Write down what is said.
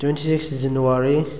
twenty six January